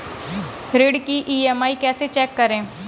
ऋण की ई.एम.आई कैसे चेक करें?